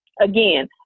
Again